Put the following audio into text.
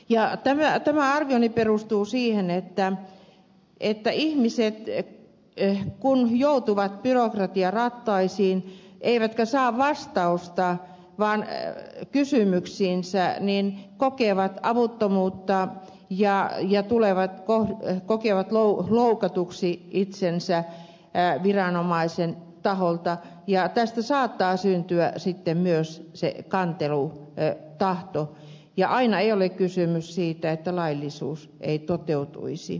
tämä arvioni perustuu siihen että ihmiset kun joutuvat byrokratian rattaisiin eivätkä saa vastausta kysymyksiinsä kokevat avuttomuutta ja kokevat tulleensa loukatuksi viranomaisen taholta ja tästä saattaa syntyä sitten myös se kantelutahto ja aina ei ole kysymys siitä että laillisuus ei toteutuisi